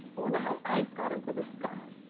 wonder how ice got into the sky?